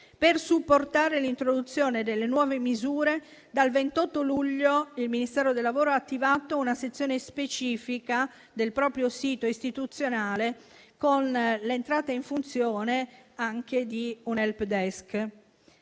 Per supportare l'introduzione delle nuove misure, dal 28 luglio il Ministero del lavoro ha attivato una sezione specifica del proprio sito istituzionale con l'entrata in funzione anche di un *help desk.*